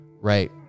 right